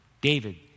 David